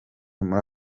muri